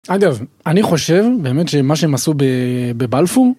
אגב! אני חושב באמת שמה שמעשו בבלפור.